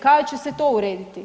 Kada će se to urediti?